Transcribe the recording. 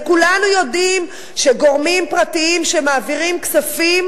וכולנו יודעים שגורמים פרטיים שמעבירים כספים